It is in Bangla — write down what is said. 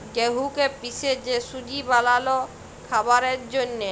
গেঁহুকে পিসে যে সুজি বালাল খাবারের জ্যনহে